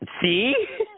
See